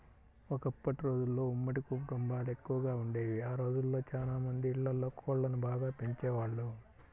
ఒకప్పటి రోజుల్లో ఉమ్మడి కుటుంబాలెక్కువగా వుండేవి, ఆ రోజుల్లో చానా మంది ఇళ్ళల్లో కోళ్ళను బాగా పెంచేవాళ్ళు